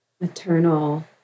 maternal